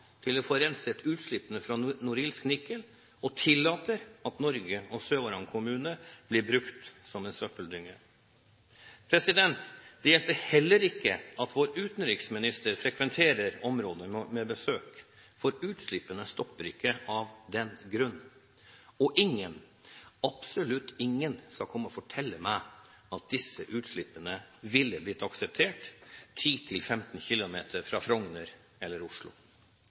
til å få renset utslippene fra Norilsk Nickel og tillater at Norge og Sør-Varanger kommune blir brukt som søppeldynge. Det hjelper heller ikke at vår utenriksminister frekventerer området med besøk. Utslippene stopper ikke av den grunn, og ingen – absolutt ingen – skal komme og fortelle meg at disse utslippene ville blitt akseptert 10–15 km fra Frogner eller Oslo.